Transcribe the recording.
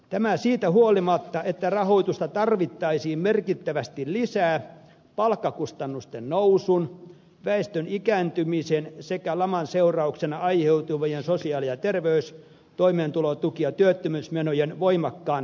tämä siitä huolimatta että rahoitusta tarvittaisiin merkittävästi lisää palkkakustannusten nousun väestön ikääntymisen sekä laman seurauksena aiheutuvien sosiaali ja terveys toimeentulotuki ja työttömyysmenojen voimakkaan kasvun takia